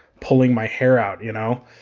pulling my hair out, you know?